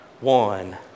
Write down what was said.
one